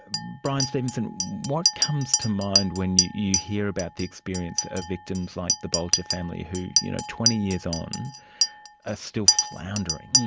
bryan stevenson, what comes to mind when you you hear about the experience of victims like the bulger family, who you know, twenty years on are ah still floundering?